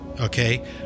okay